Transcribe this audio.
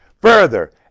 Further